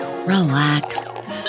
relax